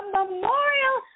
memorial